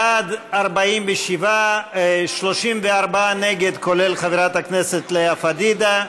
בעד, 47, 34 נגד, כולל חברת הכנסת לאה פדידה,